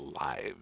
lives